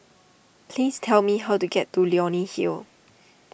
please tell me how to get to Leonie Hill